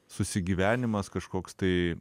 susigyvenimas kažkoks tai